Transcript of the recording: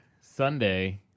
Sunday